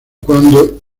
cuando